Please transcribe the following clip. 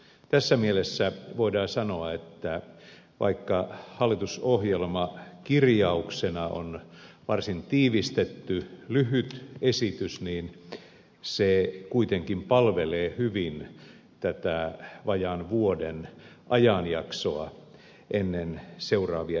tässä mielessä voidaan sanoa että vaikka hallitusohjelma kirjauksena on varsin tiivistetty lyhyt esitys niin se kuitenkin palvelee hyvin tätä vajaan vuoden ajanjaksoa ennen seuraavia eduskuntavaaleja